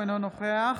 אינו נוכח